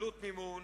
עלות מימון,